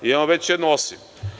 Imamo već jedno osim.